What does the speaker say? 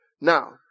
Now